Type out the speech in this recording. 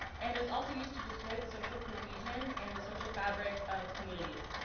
and is also used to destroy the social cohesion and the social fabric of communities.